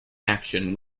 action